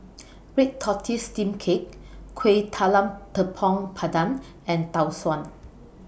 Red Tortoise Steamed Cake Kueh Talam Tepong Pandan and Tau Suan